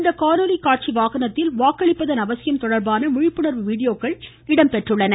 இந்த காணொலிகாட்சி வாகனத்தில் வாக்களிப்பதன்அவசியம் தொடர்பான விழிப்புணர்வு வீடியோக்களும் இடம்பெற்றுள்ளன